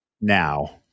Now